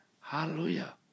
hallelujah